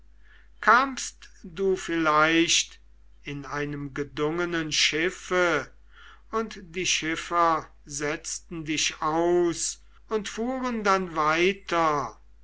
kamst du vielleicht in einem gedungenen schiffe und die schiffer setzten dich aus und fuhren dann weiter